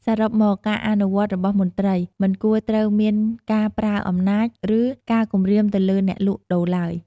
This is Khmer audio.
សរុបមក ការអនុវត្តរបស់មន្ត្រី មិនគួរត្រូវមានការប្រើអំណាច ឬ ការគំរាម ទៅលើអ្នកលក់ដូរឡើយ។